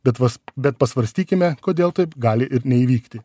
bet vas bet pasvarstykime kodėl taip gali ir neįvykti